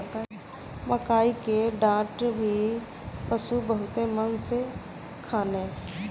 मकई के डाठ भी पशु बहुते मन से खाने